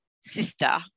sister